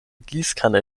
gießkanne